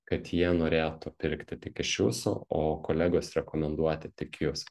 kad jie norėtų pirkti tik iš jūsų o kolegos rekomenduoti tik jus